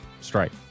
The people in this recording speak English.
strike